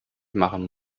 machen